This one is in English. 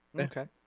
Okay